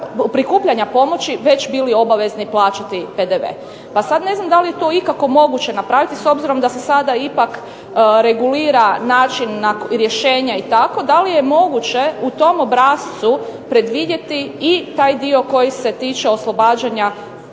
prikupljanja pomoći već bili obavezni plaćati PDV. Pa sad ne znam da li je to ikako moguće napraviti s obzirom da se sada ipak regulira način rješenja i tako, da li je moguće u tom obrascu predvidjeti i taj dio koji se tiče oslobađanja